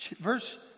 Verse